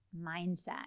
mindset